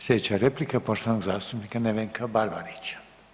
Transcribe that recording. Sljedeća replika je poštovanog zastupnika Nevenka Barbarića.